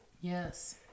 Yes